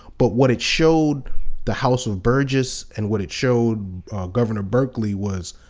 but what it showed the house of burgesses and what it showed governor berkeley was,